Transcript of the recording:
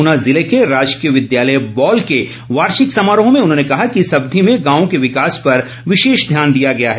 ऊना जिले के राजकीय विद्यालय बौल के वार्षिक समारोह में उन्होंने कहा कि इस अवधि में गांवों के विकास पर विशेष ध्यान दिया गया है